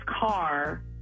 car